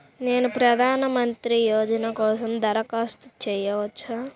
నేను ప్రధాన మంత్రి యోజన కోసం దరఖాస్తు చేయవచ్చా?